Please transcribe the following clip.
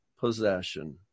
possession